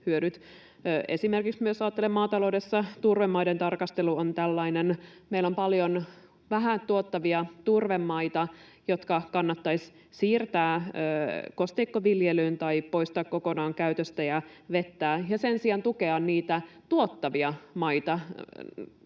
esimerkiksi maataloudessa turvemaiden tarkastelu on tällainen. Meillä on paljon vähän tuottavia turvemaita, jotka kannattaisi siirtää kosteikkoviljelyyn tai poistaa kokonaan käytöstä ja vettää, ja sen sijaan tukea niitä tuottavia maita,